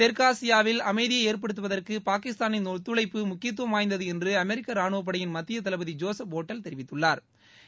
தெற்காசியாவில் அமைதியை ஏற்படுத்துவதற்கு பாகிஸ்தானின் ஒத்துழைப்பு முக்கியத்துவம் வாய்ந்தது என்று அமெரிக்க ரானுவப்படையின் மத்திய தளபதி ஜோசப் ஓட்டல் தெரிவித்துள்ளாா்